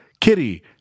Kitty